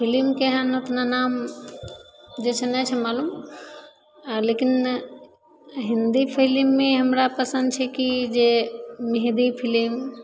फिलिमके हँ ओतना नाम जे छै नहि छै मालूम आओर लेकिन हिन्दी फिलिममे हमरा पसन्द छै कि जे मेहदी फिलिम